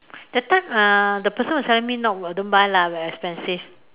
that time uh the person was telling me not worth don't buy lah very expensive